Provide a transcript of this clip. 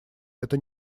это